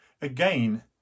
again